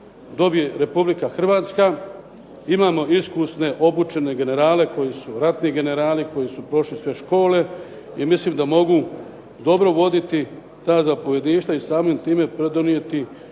dobije Republika Hrvatska. Imamo iskusne obučene generale koji su ratni generali, koji su prošli sve škole i mislim da mogu dobro voditi ta zapovjedništva i samim time pridonijeti